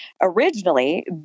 originally